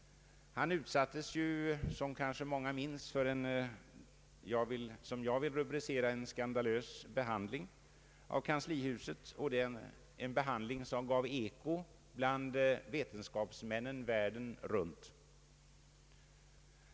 Han utsattes, som kanske många minns, för vad jag vill kalla en skandalös behandling av kanslihuset, en behandling som gav eko bland vetenskapsmän runt om i världen.